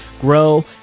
grow